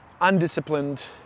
undisciplined